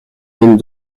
même